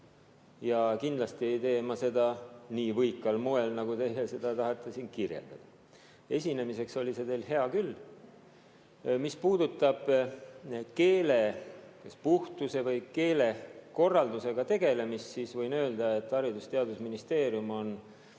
Ja kindlasti ei tee ma seda nii võikal moel, nagu teie seda tahate siin kirjeldada. Esinemiseks oli see teil hea küll. Mis puudutab keele puhtuse või keelekorraldusega tegelemist, siis võin öelda, et Haridus‑ ja Teadusministeerium on